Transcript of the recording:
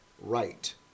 right